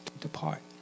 depart